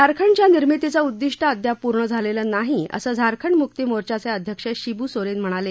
झारखंडच्या निर्मितीचं उद्दिष्ट अद्याप पूर्ण झालेलं नाही असं झारखंड मुक्ती मोर्चाचे अध्यक्ष शिबु सोरेन म्हणाले